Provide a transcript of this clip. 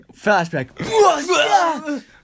Flashback